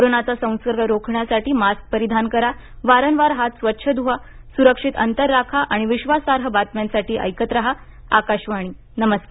कोरोनाचा संसर्ग रोखण्यासाठी मास्क परिधान करा वारंवार हात स्वच्छ धुवा सुरक्षित अंतर राखा आणि विश्वासार्ह बातम्यांसाठी ऐकत राहा आकाशवाणी नमस्कार